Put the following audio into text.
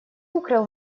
укрыл